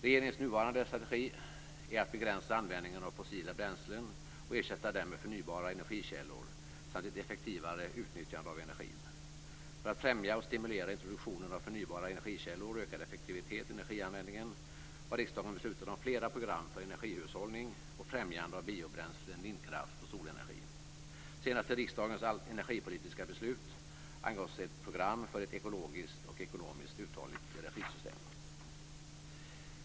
Regeringens nuvarande strategi är att begränsa användningen av fossila bränslen och ersätta dem med förnybara energikällor samt ett effektivare utnyttjande av energin. För att främja och stimulera introduktionen av förnybara energikällor och öka effektiviteten i energianvändningen, har riksdagen beslutat om flera program för energihushållning och främjande av biobränslen, vindkraft och solenergi. Senast i riksdagens energipolitiska beslut angavs ett program för ett ekologiskt och ekonomiskt uthålligt energisystem.